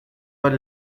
were